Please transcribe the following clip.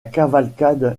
cavalcade